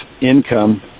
income